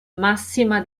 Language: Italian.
massima